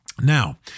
Now